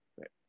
Right